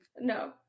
no